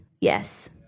yes